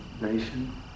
Nation